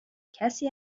کسی